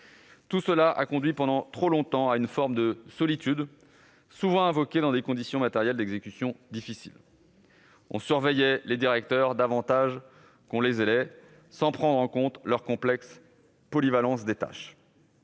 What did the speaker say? Tout cela a conduit, pendant trop longtemps, à une forme de solitude, souvent invoquée dans des conditions matérielles d'exécution difficiles. On surveillait les directeurs davantage que l'on ne les aidait, sans prendre en compte leur complexe polyvalence des tâches.